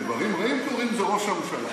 כשדברים רעים קורים, זה ראש הממשלה.